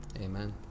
Amen